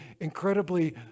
incredibly